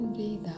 Breathe